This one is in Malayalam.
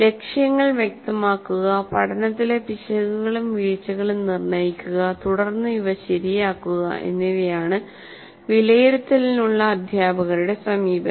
ലക്ഷ്യങ്ങൾ വ്യക്തമാക്കുക പഠനത്തിലെ പിശകുകളും വീഴ്ചകളും നിർണ്ണയിക്കുക തുടർന്ന് ഇവ ശരിയാക്കുക എന്നിവയാണ് വിലയിരുത്തലിനുള്ള അധ്യാപകരുടെ സമീപനം